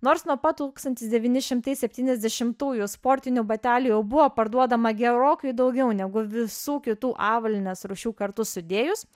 nors nuo pa tūkstantis devyni šimtai septyniasdešimtųjų sportinių batelių jau buvo parduodama gerokai daugiau negu visų kitų avalynės rūšių kartu sudėjus